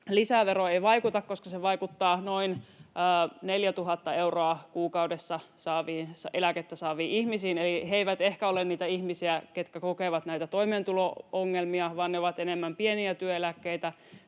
lisävero ei vaikuta, koska se vaikuttaa noin 4 000 euroa kuukaudessa eläkettä saaviin ihmisiin. Eli he eivät ehkä ole niitä ihmisiä, ketkä kokevat näitä toimeentulo-ongelmia, vaan ne ovat enemmän pieniä työeläkkeitä